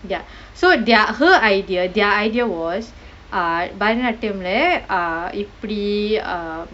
ya so their her idea their idea was uh bharathanaatiyam leh uh எப்படி:eppadi err